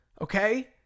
okay